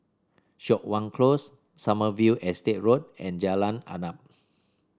Siok Wan Close Sommerville Estate Road and Jalan Arnap